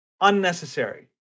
unnecessary